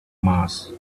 mars